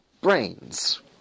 brains